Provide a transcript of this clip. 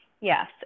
Yes